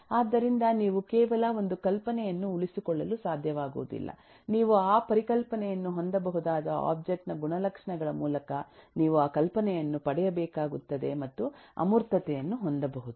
ಆದ್ದರಿಂದ ನೀವು ಕೇವಲ ಒಂದು ಕಲ್ಪನೆಯನ್ನು ಉಳಿಸಿಕೊಳ್ಳಲು ಸಾಧ್ಯವಾಗುವುದಿಲ್ಲ ನೀವು ಆ ಪರಿಕಲ್ಪನೆಯನ್ನು ಹೊಂದಬಹುದಾದ ಒಬ್ಜೆಕ್ಟ್ ನ ಗುಣಲಕ್ಷಣಗಳ ಮೂಲಕ ನೀವು ಆ ಕಲ್ಪನೆಯನ್ನು ಪಡೆಯಬೇಕಾಗುತ್ತದೆ ಮತ್ತು ಅಮೂರ್ತತೆಯನ್ನು ಹೊಂದಬಹುದು